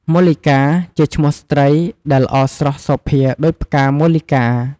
មល្លិកា ជាឈ្មោះស្ត្រីដែលល្អស្រស់សោភាដូចផ្កាមល្លិកា។